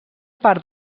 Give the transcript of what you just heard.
part